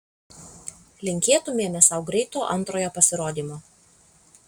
linkėtumėme sau greito antrojo pasirodymo